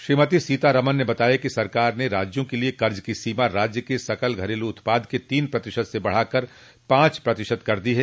श्रीमती सीतारामन ने बताया कि सरकार ने राज्यों के लिए कर्ज की सीमा राज्य के सकल घरेलू उत्पाद के तीन प्रतिशत से बढाकर पांच प्रतिशत कर दी है